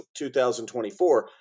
2024